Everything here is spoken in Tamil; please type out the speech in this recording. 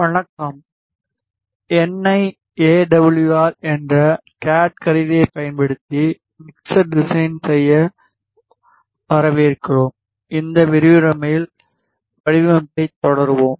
வணக்கம் என்ஐ எடபுள்யூஆர் என்ற கேட் கருவியைப் பயன்படுத்தி மிக்சர் டிசைன் செய்ய வரவேற்கிறோம் இந்த விரிவுரையில் வடிவமைப்பைத் தொடருவோம்